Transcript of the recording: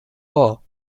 war